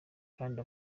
kandi